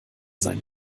seinen